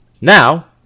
Now